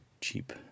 cheap